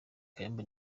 kayumba